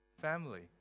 family